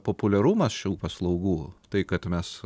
populiarumas šių paslaugų tai kad mes